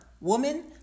Woman